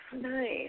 nice